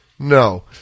No